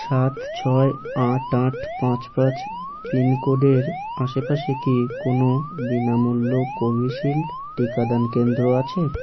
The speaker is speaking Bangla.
সাত ছয় আট আট পাঁচ পাঁচ পিনকোডের আশেপাশে কি কোনও বিনামূল্য কোভিশিল্ড টিকাদান কেন্দ্র আছে